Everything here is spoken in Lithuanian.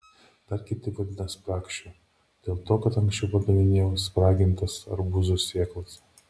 dar kiti vadina spragšiu dėl to kad anksčiau pardavinėjau spragintas arbūzų sėklas